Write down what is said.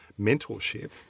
mentorship